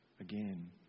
again